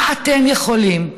מה אתם יכולים,